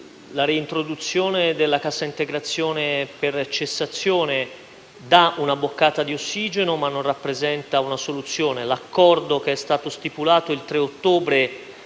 che l'introduzione della cassa integrazione per cessazione dà una boccata di ossigeno ma non rappresenta una soluzione. L'accordo che è stato stipulato il 3 ottobre